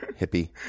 Hippie